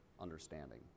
understanding